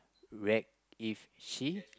react if she